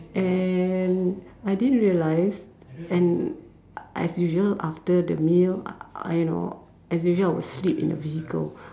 and I didn't realise and as usual after the meal I you know as usual I will sleep in the vehicle